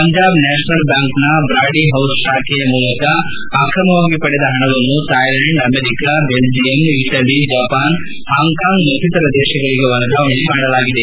Punjab national ಬ್ಯಾಂಕ್ನ Brady House ಶಾಖೆಯ ಮೂಲಕ ಆಕ್ರಮವಾಗಿ ಪಡೆದ ಹಣವನ್ನು Thailand America Belgium UAE Italy Japan Hong Kong ಮತ್ತಿತರ ದೇತಗಳಿಗೆ ವರ್ಗಾವಣೆ ಮಾಡಲಾಗಿದೆ